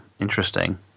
interesting